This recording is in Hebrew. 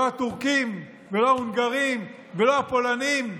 לא הטורקים ולא ההונגרים ולא הפולנים,